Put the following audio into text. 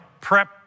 prep